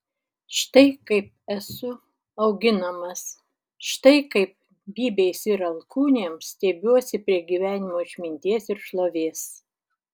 štai kaip esu auginamas štai kaip bybiais ir alkūnėm stiebiuosi prie gyvenimo išminties ir šlovės